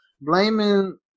blaming